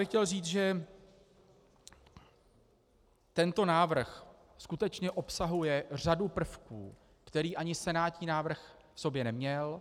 Chtěl bych říci, že tento návrh skutečně obsahuje řadu prvků, které ani senátní návrh v sobě neměl.